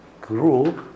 group